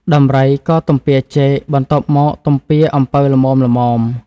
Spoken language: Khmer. ដំរីក៏ទំពាចេក បន្ទាប់មកទំពាអំពៅល្មមៗ ។